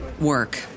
work